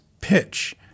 pitch